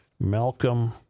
Malcolm